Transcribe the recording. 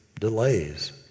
delays